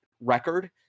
record